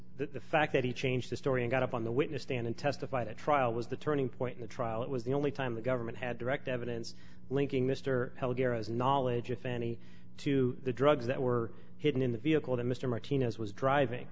he changed the story and got up on the witness stand and testified at trial was the turning point in the trial it was the only time the government had direct evidence linking mr peleg arrows knowledge if any to the drugs that were hidden in the vehicle that mr martinez was driving